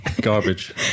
garbage